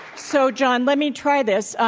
so john, let me try this. ah